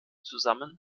zusammen